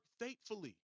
faithfully